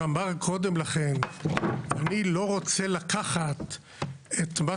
שאמר קודם לכן אני לא רוצה לקחת את מה